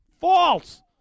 False